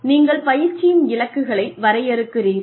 நீங்கள் பயிற்சியின் இலக்குகளை வரையறுக்கிறீர்கள்